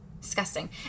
Disgusting